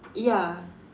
ya